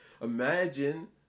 Imagine